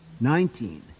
Nineteen